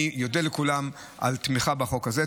אני אודה לכולם על תמיכה בחוק הזה.